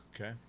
Okay